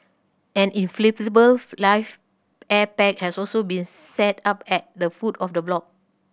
an inflatable life air pack had also been set up at the foot of the block